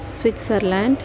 Switzerland